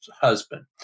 husband